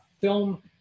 film